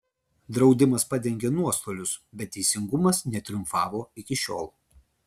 draudimas padengė nuostolius bet teisingumas netriumfavo iki šiol